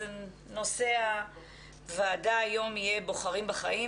נושא הוועדה היום יהיה "בוחרים בחיים",